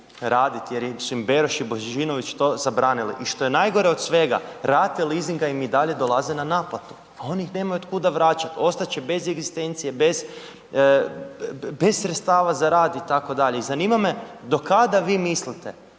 jer su im Beroš i Božinović to zabranili. I što je najgore od svega, rate leasinga im i dalje dolaze na naplatu, a oni ih nemaju od kuda vraćati, ostat će bez egzistencije, bez sredstava za rad itd. I zanima me do kada vi mislite